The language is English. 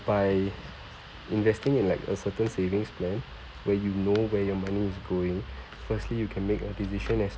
by investing in like a certain savings plan where you know where your money is going firstly you can make a decision as